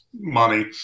money